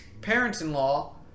parents-in-law